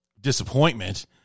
disappointment